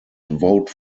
vote